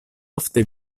ofte